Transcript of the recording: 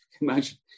imagine